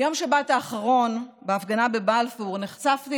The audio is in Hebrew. ביום שבת האחרון בהפגנה בבלפור נחשפתי